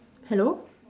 hello